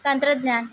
तंत्रज्ञान